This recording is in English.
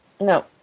No